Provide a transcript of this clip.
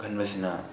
ꯈꯟꯕꯁꯤꯅ